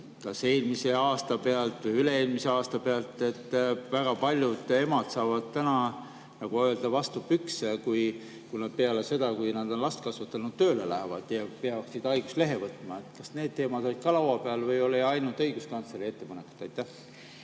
eelmise aasta pealt või üle-eelmise aasta pealt? Väga paljud emad saavad täna nii-öelda vastu pükse, kui nad peale seda, kui nad on [töölt eemal olles] last kasvatanud, tööle lähevad ja peaksid haiguslehe võtma. Kas need teemad olid ka laua peal või olid ainult õiguskantsleri ettepanekud?